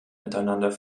miteinander